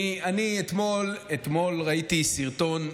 אני אתמול ראיתי סרטון,